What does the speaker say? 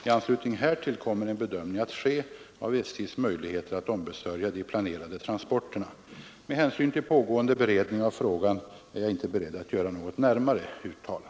I anslutning härtill kommer en bedömning att ske av SJ:s möjligheter att ombesörja de planerade transporterna. Med hänsyn till pågående beredning av frågan är jag inte beredd att göra något närmare uttalande.